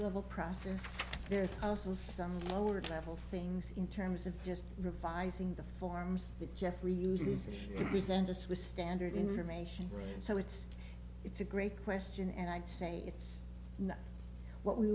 level process there's also some lower level things in terms of just revising the forms that jeffrey uses to present us with standard innovation and so it's it's a great question and i'd say it's not what we